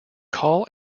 call